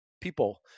people